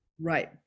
Right